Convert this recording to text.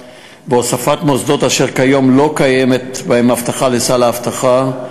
והוספת מוסדות אשר כיום לא קיימת בהם אבטחה לסל האבטחה,